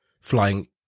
flying